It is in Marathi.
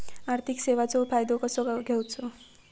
आर्थिक सेवाचो फायदो कसो घेवचो?